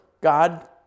God